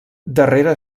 darrere